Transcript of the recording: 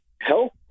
health